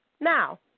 Now